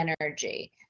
energy